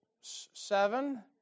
seven